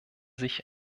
sich